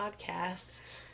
podcast